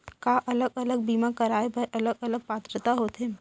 का अलग अलग बीमा कराय बर अलग अलग पात्रता होथे?